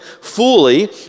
fully